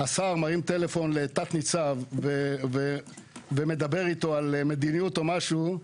השר מרים טלפון לתת-ניצב ומדבר איתו על מדיניות או משהו,